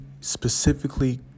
specifically